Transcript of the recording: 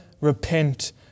repent